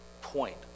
point